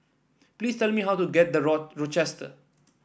please tell me how to get The Road Rochester